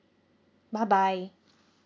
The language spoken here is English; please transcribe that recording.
bye bye